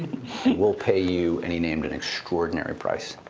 we'll pay you. and he named an extraordinary price.